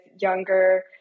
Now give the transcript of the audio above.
younger